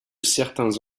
certains